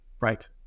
Right